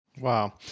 wow